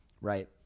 right